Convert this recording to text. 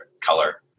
color